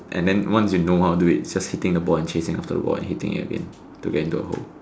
and then once you know how to do it it's just hitting the ball and chasing after the ball and hitting it again to get it into the hole